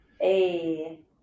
Hey